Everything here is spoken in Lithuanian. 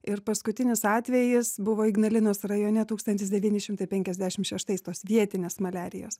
ir paskutinis atvejis buvo ignalinos rajone tūkstantis devyni šimtai penkiasdešim šeštais tos vietinės maliarijos